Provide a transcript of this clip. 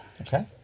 Okay